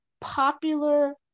popular